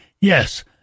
Yes